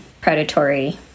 predatory